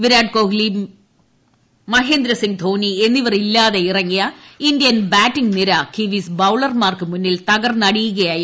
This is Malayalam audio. വിരാട് കോഹ്ലി മഹേന്ദ്ര സിംഗ് ധോണി എന്നിവർ ഇല്ലാ്ട്ടൂത ഇറങ്ങിയ ഇന്ത്യൻ ബാറ്റിംഗ് നിര കിവീസ് ബ്രൌൾർമാർക്ക് മുന്നിൽ തകർന്നടിയുകയായിരുന്നു